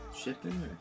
shipping